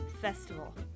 Festival